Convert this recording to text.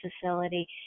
facility